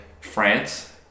France